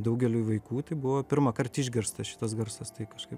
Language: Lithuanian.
daugeliui vaikų tai buvo pirmąkart išgirstas šitas garsas tai kažkaip